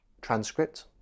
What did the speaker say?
transcript